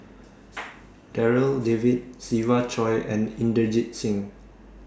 Darryl David Siva Choy and Inderjit Singh